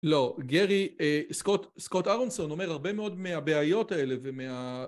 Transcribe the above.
לא גרי סקוט ארונסון אומר הרבה מאוד מהבעיות האלה ומה...